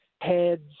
heads